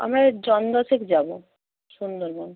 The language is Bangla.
আমরা জন দশেক যাব সুন্দরবন